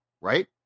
right